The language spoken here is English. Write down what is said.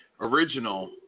original